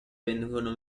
vengono